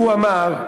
הוא אמר: